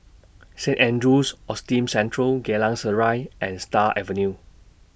Saint Andrew's Autism Central Geylang Serai and Stars Avenue